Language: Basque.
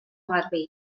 garbi